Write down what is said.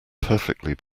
perfectly